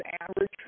average